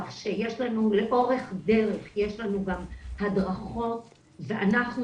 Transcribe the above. כך שיש לנו לאורך הדרך גם הדרכות ואנחנו